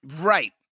Right